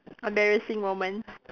embarrassing moments